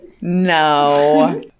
No